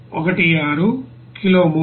16 kilo mole